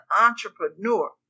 entrepreneur